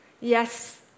Yes